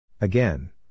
Again